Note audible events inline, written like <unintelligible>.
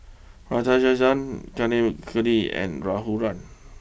<unintelligible> Kaneganti and Raghuram